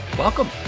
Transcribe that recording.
Welcome